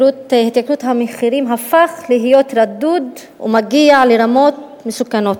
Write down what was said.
המחירים הפך להיות רדוד ומגיע לרמות מסוכנות.